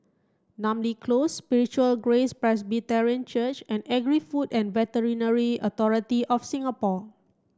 Namly Close Spiritual Grace Presbyterian Church and Agri Food and Veterinary Authority of Singapore